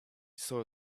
saw